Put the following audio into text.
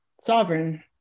sovereign